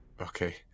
Okay